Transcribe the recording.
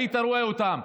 היית רואה אותם.